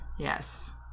Yes